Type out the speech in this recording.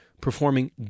performing